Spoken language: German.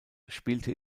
spielte